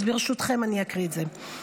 אז ברשותכם, אקריא את זה: